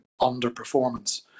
underperformance